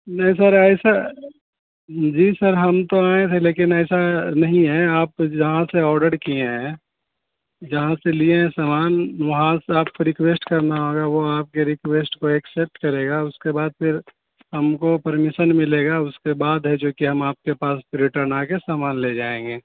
نہیں سر ایسا جی سر ہم تو آئے تھے لیکن ایسا نہیں ہے آپ جہاں سے آرڈر کیے ہیں جہاں سے لیے ہیں سامان وہاں سے آپ کو ریکویسٹ کرنا ہوگا وہ آپ کے ریکویسٹ کو ایکسیپٹ کرے گا اس کے بعد پھر ہم کو پرمیشن ملے گا اس کے بعد ہے جو کہ ہم آپ کے پاس ریٹرن آ کے سامان لے جائیں گے